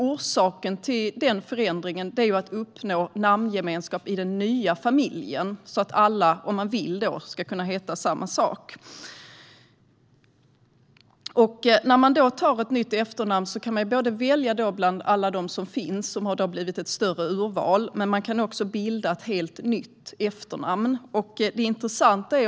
Orsaken till den förändringen är att man ska uppnå namngemenskap i den nya familjen så att alla, om man vill, ska kunna ha samma efternamn. När man tar ett nytt efternamn kan man välja bland alla namn som finns, och det har blivit ett större urval, men man kan också bilda ett helt nytt efternamn.